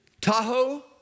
Tahoe